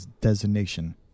Designation